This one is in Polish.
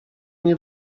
nie